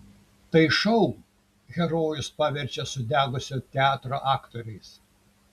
tai šou herojus paverčia sudegusio teatro aktoriais